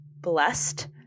blessed